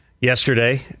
yesterday